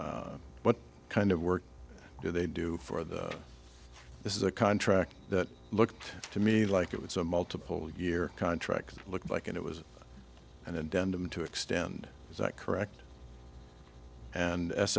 hill what kind of work do they do for them this is a contract that looked to me like it was a multiple year contract looks like it was an addendum to extend is that correct and s